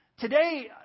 today